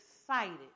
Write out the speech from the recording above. excited